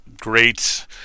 great